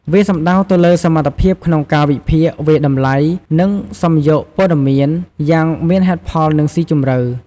វាសំដៅទៅលើសមត្ថភាពក្នុងការ វិភាគ វាយតម្លៃ និងសំយោគព័ត៌មាន យ៉ាងមានហេតុផល និងស៊ីជម្រៅ។